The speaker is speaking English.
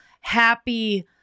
happy